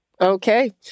Okay